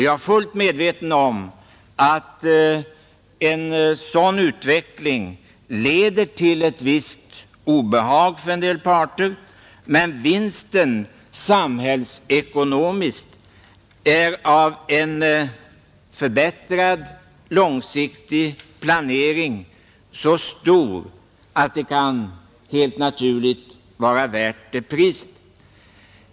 Jag är fullt medveten om att en sådan utveckling leder till ett visst obehag för en del parter, men vinsten samhällsekono miskt av en förbättrad långsiktig planering är så stor att det helt naturligt kan vara värt det priset.